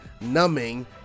numbing